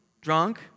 drunk